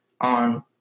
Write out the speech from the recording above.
on